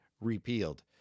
Repealed